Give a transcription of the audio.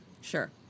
Sure